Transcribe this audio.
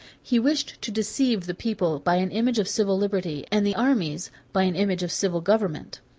he wished to deceive the people by an image of civil liberty, and the armies by an image of civil government.